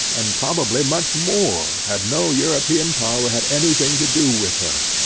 and probably much more, had no european power had any thing to do with her.